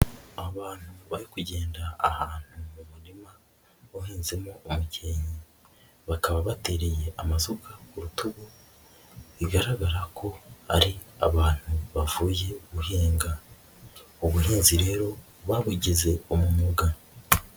Abantu bari kugenda ahantu mu murima uhinzemo umukenke, bakaba batereye amasuka ku rutugu, bigaragara ko ari abantu bavuye guhinga, ubuhinzi rero babugize umwuga.